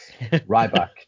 Ryback